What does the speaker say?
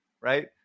right